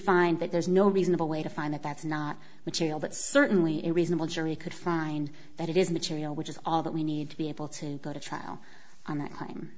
find that there's no reasonable way to find that that's not material that's certainly a reasonable jury could find that it is material which is all that we need to be able to go to trial on that